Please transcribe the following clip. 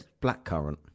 Blackcurrant